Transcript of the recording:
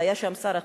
היה שם שר החינוך,